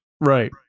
Right